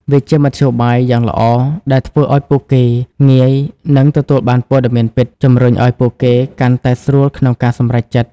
វាជាមធ្យោយបាយយ៉ាងល្អ ដែលធ្វើឲ្យពួកគេងាយនិងទទួលបានព័ត៌មានពិត ជំរុញឲ្យពួកគេកាន់តែស្រួលក្នុងការសម្រេចចិត្ត។